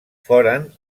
foren